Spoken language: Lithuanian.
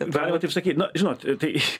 galima taip sakyt na žinot tai